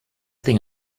thing